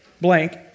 blank